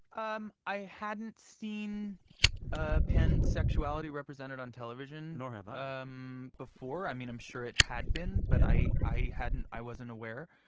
um i hadn't seen ah pansexuality represented on television. nor have i. um before. i mean, i'm sure it had been. but i i hadn't i wasn't aware.